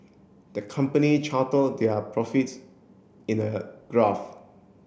the company charted their profits in a graph